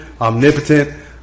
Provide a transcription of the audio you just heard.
omnipotent